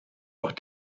auch